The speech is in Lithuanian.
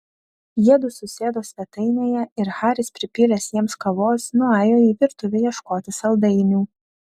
jiedu susėdo svetainėje ir haris pripylęs jiems kavos nuėjo į virtuvę ieškoti saldainių